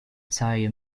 tire